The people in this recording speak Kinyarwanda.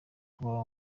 kuba